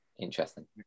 interesting